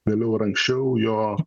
vėliau ar anksčiau jo